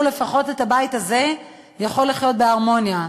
לפחות שהבית הזה יכול לחיות בהרמוניה,